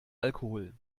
alkohol